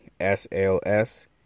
SLS